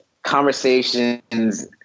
conversations